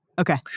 Okay